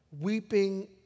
weeping